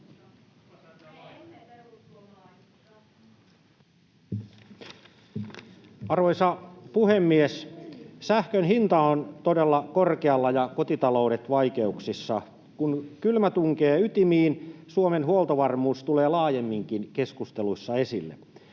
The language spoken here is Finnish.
Arvoisa puhemies! Sähkön hinta on todella korkealla ja kotitaloudet vaikeuksissa. Kun kylmä tunkee ytimiin, Suomen huoltovarmuus tulee laajemminkin keskusteluissa esille.